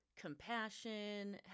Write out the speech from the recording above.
compassion